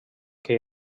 que